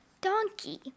Donkey